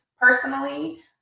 personally